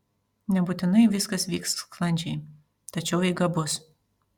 nebūtinai viskas vyks sklandžiai tačiau eiga bus